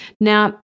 Now